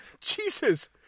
jesus